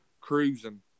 cruising